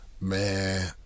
Man